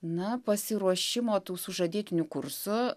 na pasiruošimo tų sužadėtinių kursų